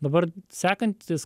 dabar sekantis